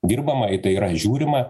dirbama į tai yra žiūrima